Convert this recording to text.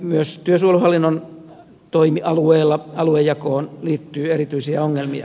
myös työsuojeluhallinnon toimialueella aluejakoon liittyy erityisiä ongelmia